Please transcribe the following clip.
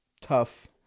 tough